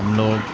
ہم لوگ